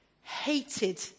hated